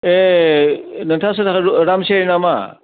ए नोंथाङा सोर जाखो रामसियारि नामा